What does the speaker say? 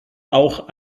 auch